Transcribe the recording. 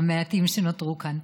המעטים שנותרו כאן.